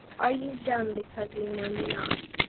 are you dumb because you know me not,